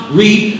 read